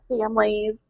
families